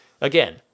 Again